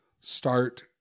Start